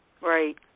Right